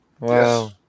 wow